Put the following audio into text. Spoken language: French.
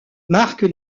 marque